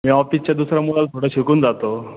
मी ऑफिसच्या दुसऱ्या मुलाला थोडं शिकवून जातो